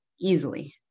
easily